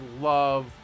love